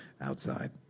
outside